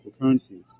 currencies